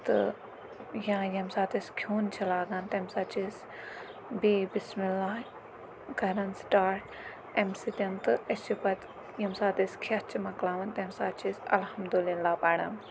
تہٕ یا ییٚمہِ ساتہٕ أسۍ کھیٚون چھُ لاگان تَمہِ ساتہٕ چھِ أسۍ بیٚیہِ بِسمہِ اللہ کَران سٹاٹ اَمہِ سۭتۍ تہٕ أسۍ چھِ پَتہٕ ییٚمہِ ساتہٕ أسۍ کھیٚتھ چھِ مۄکلاوَن تَمہِ ساتہٕ چھِ أسۍ الحمدُاللہ پَران